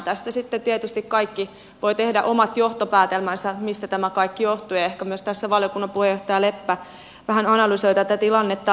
tästä sitten tietysti kaikki voivat tehdä omat johtopäätelmänsä mistä tämä kaikki johtui ja ehkä myös tässä valiokunnan puheenjohtaja leppä vähän analysoi tätä tilannetta laajemminkin